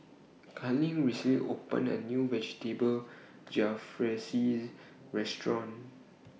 Carlene recently opened A New Vegetable Jalfrezi Restaurant